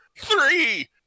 three